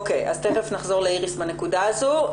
אז תיכף נחזור לאיריס בנקודה הזו.